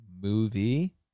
movie